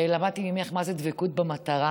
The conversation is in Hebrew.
למדתי ממך מה זו דבקות במטרה,